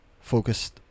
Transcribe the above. focused